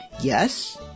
yes